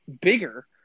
bigger